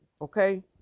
Okay